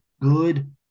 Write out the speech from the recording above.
good